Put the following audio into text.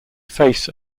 face